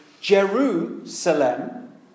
Jerusalem